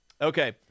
Okay